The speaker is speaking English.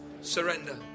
Surrender